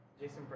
Jason